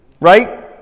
right